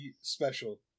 special